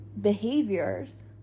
behaviors